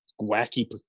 wacky